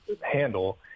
handle